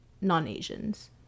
non-Asians